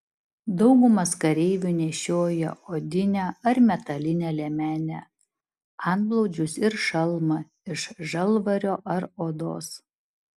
daugumas kareivių nešiojo odinę ar metalinę liemenę antblauzdžius ir šalmą iš žalvario ar odos